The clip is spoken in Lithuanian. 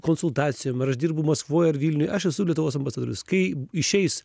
konsultacijom ar aš dirbu maskvoj ar vilniuj aš esu lietuvos ambasadorius kai išeis